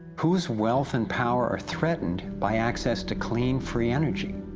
whose wealth and power are threatened by access to clean free energy?